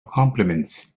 compliments